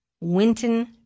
Winton